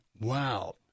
wow